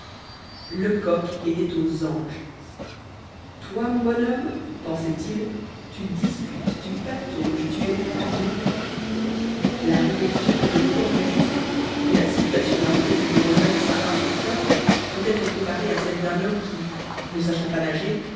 lecoq était aux anges toi mon bonhomme pensait-il tu discutes tu patauges tu es perdu la réflexion était d'autant plus juste que la situation d'un prévenu devant le magistrat instructeur peut être comparée à celle d'un homme qui ne sachant pas nager